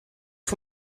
più